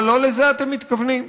אבל לא לזה אתם מתכוונים.